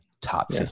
top